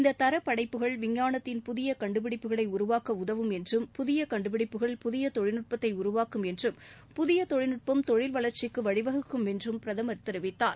இந்த தர படைப்புகள் விஞ்ஞானத்தின் புதிய கண்டுடிப்புகளை உருவாக்க உதவும் என்றும் புதிய கண்டுபிடிப்புகள் புதிய தொழில்நுட்பத்தை உருவாக்கும் என்றும் புதிய தொழில்நுட்பம் தொழில் வளர்ச்சிக்கு வழிவகுக்கும் என்றும் பிரதமர் தெரிவித்தார்